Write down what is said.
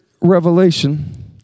Revelation